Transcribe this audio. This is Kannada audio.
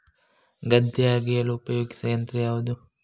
ಗದ್ದೆ ಅಗೆಯಲು ಉಪಯೋಗಿಸುವ ಯಂತ್ರ ಯಾವುದು?